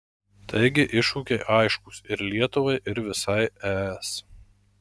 taigi iššūkiai aiškūs ir lietuvai ir visai es